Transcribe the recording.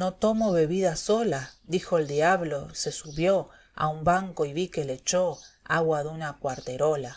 no tomo bebida sola dijo el diablo se subió a un banco y vi que le echó agua de una cuarterola